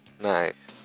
Nice